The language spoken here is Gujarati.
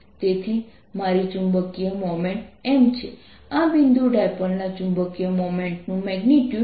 તેથી મારી ચુંબકીય મોમેન્ટ m છે આ બિંદુ ડાયપોલના ચુંબકીય મોમેન્ટનું મેગ્નિટ્યુડ i